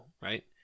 right